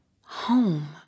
home